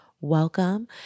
welcome